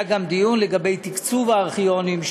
היה גם דיון לגבי תקצוב הארכיונים,